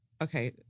Okay